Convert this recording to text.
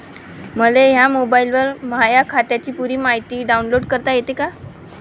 मले माह्या मोबाईलवर माह्या खात्याची पुरी मायती डाऊनलोड करता येते का?